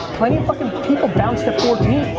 plenty of fucking people bounced at fourteen.